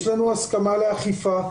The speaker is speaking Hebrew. יש לנו הסכמה לאכיפה,